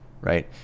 right